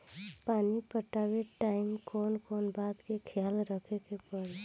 पानी पटावे टाइम कौन कौन बात के ख्याल रखे के पड़ी?